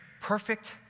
perfect